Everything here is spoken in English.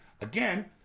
again